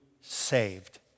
saved